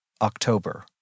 October